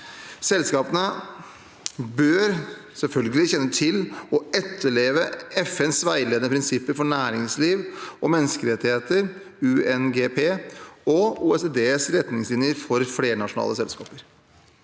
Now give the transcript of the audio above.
selvfølgelig kjenne til og etterleve FNs veiledende prinsipper for næringsliv og menneskerettigheter, UNGP, og OECDs retningslinjer for flernasjonale selskaper.